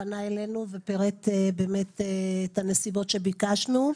שפנה אלינו ופירט את הנסיבות שביקשנו.